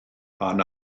pan